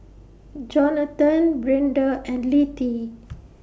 Johnathon Brinda and Littie